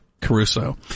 Caruso